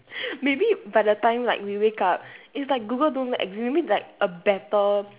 maybe by the time like we wake up it's like google don't exist maybe like a better